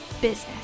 business